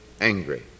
angry